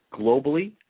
globally